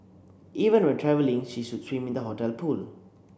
even when travelling she should swim in the hotel pool